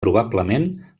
probablement